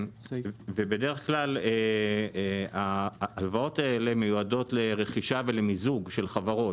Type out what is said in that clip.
ובדרך כלל ההלוואות האלה מיועדות לרכישה ולמיזוג של חברות.